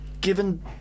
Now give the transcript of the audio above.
given